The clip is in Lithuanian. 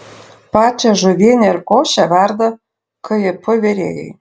pačią žuvienę ir košę verda kjp virėjai